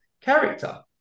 character